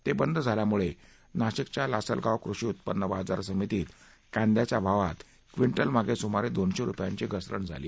ते बंद झाल्यामुळं नाशिकच्या लासलगाव कृषी उत्पन्न बाजार समितीत कांद्याच्या भावात क्विंटलमागे सुमारे दोनशे रूपयांची घसरण झाली